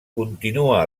continua